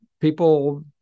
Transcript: people